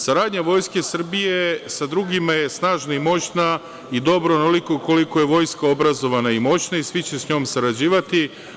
Saradnja Vojske Srbije sa drugima je snažna i moćna i dobra onoliko koliko je vojska obrazovana i moćna i svi će s njom sarađivati.